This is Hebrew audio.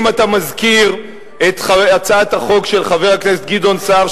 אם אתה מזכיר את הצעת החוק של גדעון סער,